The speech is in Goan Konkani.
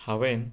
हांवेंन